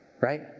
Right